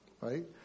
Right